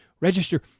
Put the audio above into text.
register